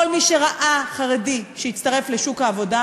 כל מי שראה חרדי שהצטרף לשוק העבודה,